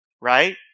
right